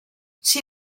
she